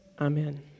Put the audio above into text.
Amen